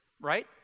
right